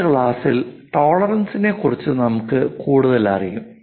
അടുത്ത ക്ലാസ്സിൽ ടോളറൻസിനെ ക്കുറിച്ച് നമുക്ക് കൂടുതലറിയും